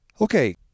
Okay